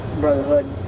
brotherhood